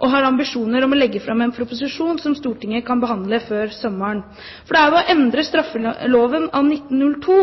og har ambisjoner om å legge fram en proposisjon som Stortinget kan behandle før sommeren. For det er ved å endre straffeloven av 1902